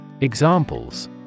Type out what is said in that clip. Examples